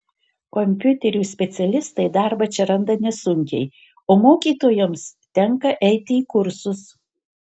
kompiuterių specialistai darbą čia randa nesunkiai o mokytojoms tenka eiti į kursus